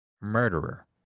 Murderer